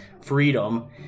freedom